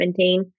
2017